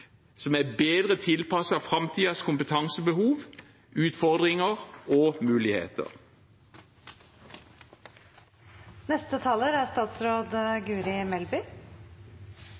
som er bedre tilpasset framtidens kompetansebehov, utfordringer og